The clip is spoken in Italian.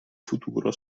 futuro